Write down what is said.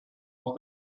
for